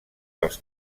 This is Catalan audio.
dels